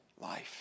life